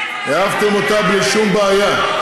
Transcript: העפתם אותה בלי שום בעיה.